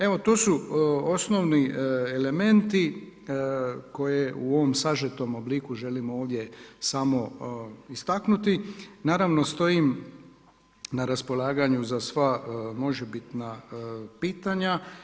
Evo to su osnovni elementi koje u ovom sažetom obliku želimo ovdje samo istaknuti, naravno stojim na raspolaganju za sva možebitna pitanja.